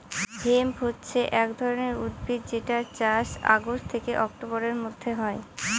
hemp হছে এক ধরনের উদ্ভিদ যেটার চাষ অগাস্ট থেকে অক্টোবরের মধ্যে হয়